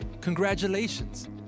congratulations